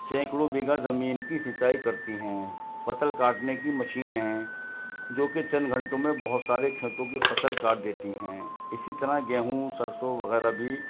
سینکڑوں بیگھہ زمین کی سینچائی کرتی ہیں فصل کاٹنے کی مشینیں ہیں جو کہ چند گھنٹوں میں بہت سارے کھیتوں کے فصل کاٹ دیتی ہیں اسی طرح گیہوں سرسوں وغیرہ بھی